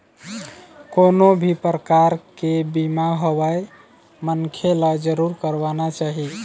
कोनो भी परकार के बीमा होवय मनखे ल जरुर करवाना चाही